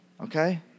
Okay